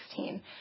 2016